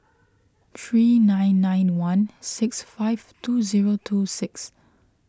three nine nine one six five two zero two zero six